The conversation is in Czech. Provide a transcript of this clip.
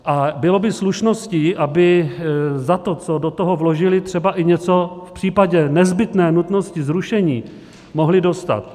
A bylo by slušností, aby za to, co do toho vložili, třeba i něco v případě nezbytné nutnosti zrušení mohli dostat.